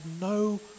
no